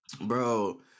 Bro